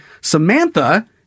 Samantha